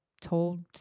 told